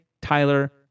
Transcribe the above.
tyler